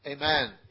Amen